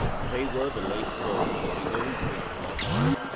they were the late birth of the early greek philosophy,